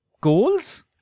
goals